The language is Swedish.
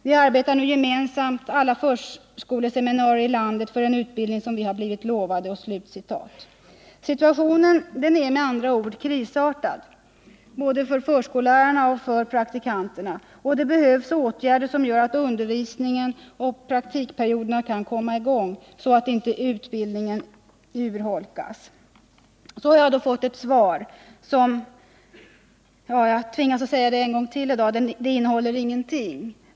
Vi arbetar nu gemensamt alla förskoleseminarier i landet för en utbildning som vi blivit lovade.” Situationen är med andra ord krisartad, både för förskollärarna och för praktikanterna, och det behövs åtgärder som gör att undervisningen och praktiken kan komma i gång, så att utbildningen inte urholkas. Så har jag då fått ett svar som — jag tvingas säga det en gång till i dag — innehåller ingenting.